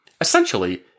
Essentially